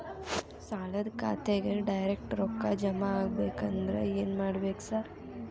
ಸಾಲದ ಖಾತೆಗೆ ಡೈರೆಕ್ಟ್ ರೊಕ್ಕಾ ಜಮಾ ಆಗ್ಬೇಕಂದ್ರ ಏನ್ ಮಾಡ್ಬೇಕ್ ಸಾರ್?